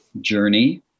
Journey